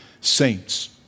saints